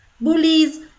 Bullies